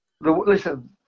Listen